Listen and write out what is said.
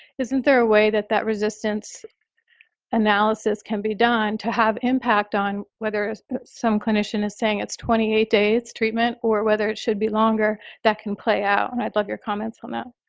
isn't there a way that that resistance analysis can be done to have impact on whether some clinician is saying it's twenty eight days treatment or whether it should be longer, that can play out. and i love your comments on that.